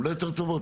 הן לא יותר טובות,